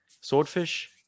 swordfish